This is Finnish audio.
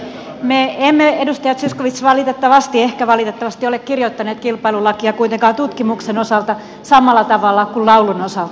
me emme edustaja zyskowicz valitettavasti ehkä valitettavasti ole kirjoittaneet kilpailulakia kuitenkaan tutkimuksen osalta samalla tavalla kuin laulun osalta